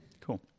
cool